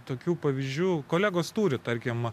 tokių pavyzdžių kolegos turi tarkim